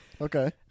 Okay